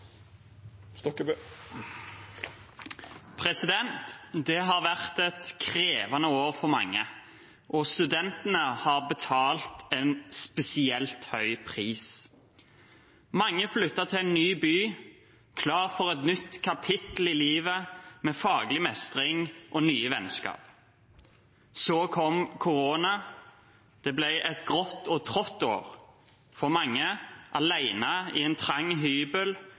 Det har vært et krevende år for mange, og studentene har betalt en spesielt høy pris. Mange flyttet til en ny by, klare for et nytt kapittel i livet, med faglig mestring og nye vennskap. Så kom korona. Det ble et grått og trått år for mange, alene på en trang hybel